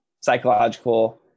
psychological